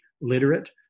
literate